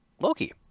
Loki